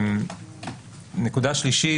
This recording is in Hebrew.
שלישית,